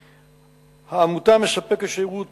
העמותה מספקת שירות